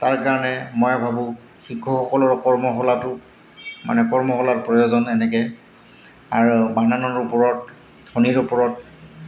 তাৰ কাৰণে মই ভাবোঁ শিক্ষকসকলৰ কৰ্মশালাটো মানে কৰ্মশালাৰ প্ৰয়োজন এনেকৈ আৰু বানানৰ ওপৰত ধ্বনীৰ ওপৰত